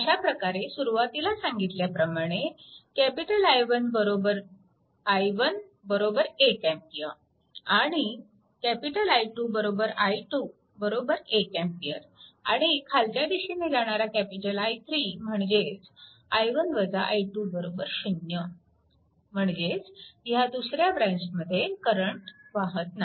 अशा प्रकारे सुरवातीला सांगितल्याप्रमाणे I1 i1 1 A आणि I2 i2 1A आणि खालच्या दिशेने जाणारा I3 म्हणजेच 0 म्हणजेच ह्या दुसऱ्या ब्रँचमध्ये करंट वाहत नाही